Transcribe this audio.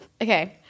Okay